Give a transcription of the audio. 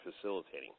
facilitating